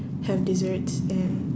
have desserts and